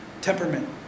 Temperament